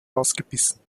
ausgebissen